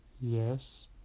Yes